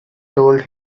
told